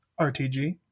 RTG